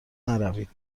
نروید